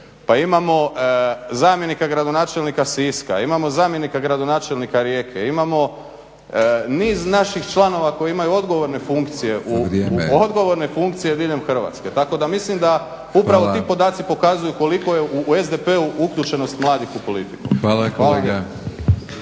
Pa imamo zamjenika gradonačelnika Siska, imamo zamjenika gradonačelnika Rijeke, imamo niz naših članova koji imaju odgovorne funkcije diljem Hrvatske tako da mislim da upravo ti podaci pokazuju koliko je u SDp uključenost mladih u politiku. **Batinić,